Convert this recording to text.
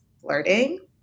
flirting